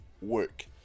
work